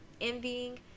envying